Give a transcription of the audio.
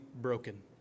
broken